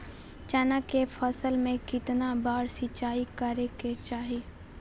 चना के फसल में कितना बार सिंचाई करें के चाहि?